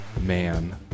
man